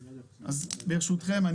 ברשותכם,